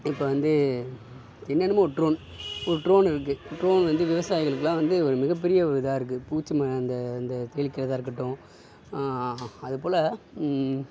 இப்போ வந்து என்னென்னமோ ட்ரொன் ஒரு ட்ரொன் இருக்குது ட்ரொன் வந்து விவசாயிகளுக்கெலாம் வந்து ஒரு மிகப்பெரிய ஒரு இதாக இருக்குது பூச்சி மருந்தை அந்த தெளிக்கிறதாக இருக்கட்டும் அதுபோல்